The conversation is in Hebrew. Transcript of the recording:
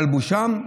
מלבושם,